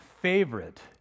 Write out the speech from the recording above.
favorite